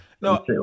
No